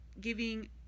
giving